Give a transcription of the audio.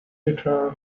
hitter